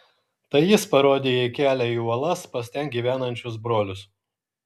tai jis parodė jai kelią į uolas pas ten gyvenančius brolius